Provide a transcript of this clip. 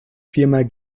viermal